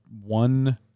one